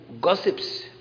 gossips